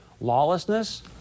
lawlessness